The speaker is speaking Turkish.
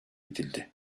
edildi